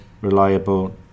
reliable